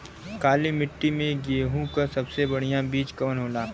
काली मिट्टी में गेहूँक सबसे बढ़िया बीज कवन होला?